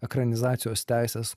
ekranizacijos teises